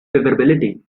favorability